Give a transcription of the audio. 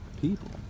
people